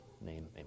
name